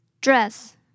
dress